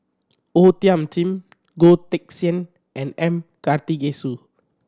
O Thiam Chin Goh Teck Sian and M Karthigesu